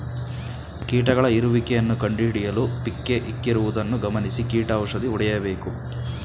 ಕೀಟಗಳ ಇರುವಿಕೆಯನ್ನು ಕಂಡುಹಿಡಿಯಲು ಪಿಕ್ಕೇ ಇಕ್ಕಿರುವುದನ್ನು ಗಮನಿಸಿ ಕೀಟ ಔಷಧಿ ಹೊಡೆಯಬೇಕು